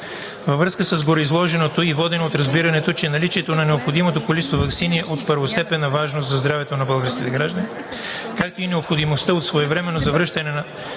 Във връзка с гореизложеното и водени от разбирането, че наличието на необходимото количество ваксини е от първостепенна важност за здравето на българските граждани, както и необходимостта от своевременното завръщане на